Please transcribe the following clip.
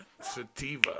Sativa